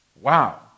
Wow